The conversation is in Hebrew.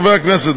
חברי הכנסת,